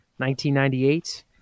1998